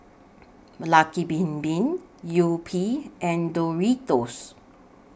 Lucky Bin Bin Yupi and Doritos